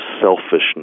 selfishness